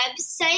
website